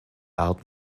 out